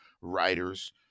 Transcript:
writers